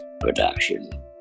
production